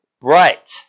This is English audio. Right